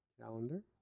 Calendar